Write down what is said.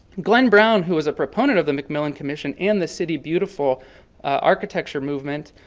glen brown, who was a proponent of the mcmillan commission and the city beautiful architecture movement,